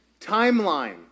Timeline